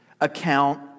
account